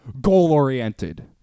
goal-oriented